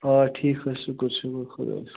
آ ٹھیٖک پٲٹھۍ شُکُر شُکُر خۄدایَس کُن